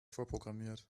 vorprogrammiert